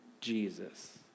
Jesus